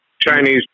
Chinese